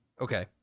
Okay